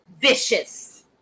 vicious